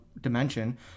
dimension